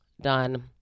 Done